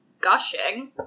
gushing